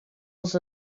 els